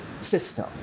system